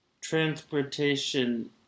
Transportation